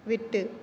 விட்டு